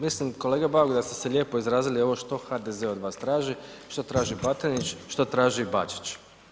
Mislim kolega Bauk da ste se lijepo izrazili ovo što HDZ od vas traži, šta traži Batinić, šta traži Bačić.